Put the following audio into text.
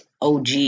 OG